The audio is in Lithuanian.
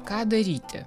ką daryti